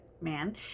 man